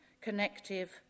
connective